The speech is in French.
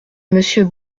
monsieur